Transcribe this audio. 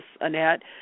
Annette